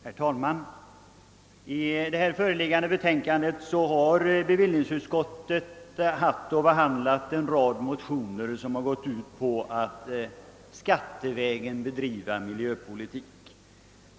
Herr talman! I det föreliggande betänkandet har bevillningsutskottet haft att behandla en rad motioner som syftar till att skattevägen bedriva miljöpolitik.